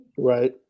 right